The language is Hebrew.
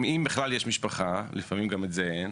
אם בכלל יש משפחה ולפעמים גם את זה אין.